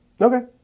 Okay